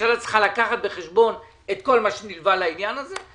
והממשלה צריכה לקחת בחשבון את כל מה שנלווה לעניין הזה.